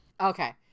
Okay